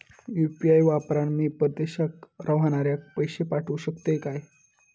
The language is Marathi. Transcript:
यू.पी.आय वापरान मी परदेशाक रव्हनाऱ्याक पैशे पाठवु शकतय काय?